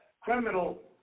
criminal